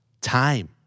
time